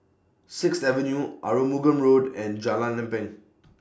Sixth Avenue Arumugam Road and Jalan Lempeng